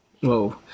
Whoa